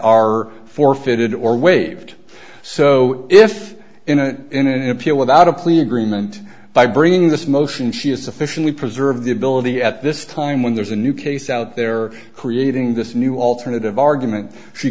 are forfeited or waived so if in a in appeal without a plea agreement by bringing this motion she is sufficiently preserve the ability at this time when there's a new case out there creating this new alternative